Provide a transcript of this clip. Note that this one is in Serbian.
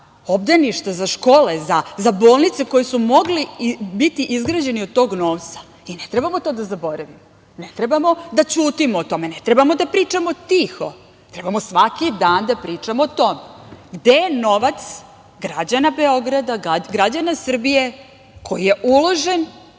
obdaništa, za škole, za bolnice, koje su mogle biti izgrađene od tog novca. Ne trebamo to da zaboravimo. Ne trebamo da ćutimo o tome. Ne trebamo da pričamo tiho, trebamo svaki dan da pričamo o tome, gde je novac građana Beograd, građana Srbije, koji je uložen